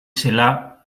zela